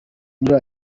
muller